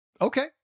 Okay